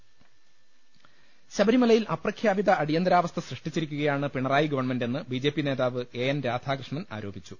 ലലലലലലലലലലലല ശബരിമലയിൽ അപ്രഖ്യാപിത അടിയന്തരാവസ്ഥ സൃഷ്ടിച്ചിരിക്കുകയാണ് പിണറായി ഗവൺമെന്റെന്ന് ബി ജെ പി നേതാവ് എ എൻ രാധാകൃഷ്ണൻ ആരോപിച്ചു